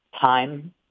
time